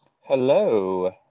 Hello